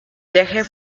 viaje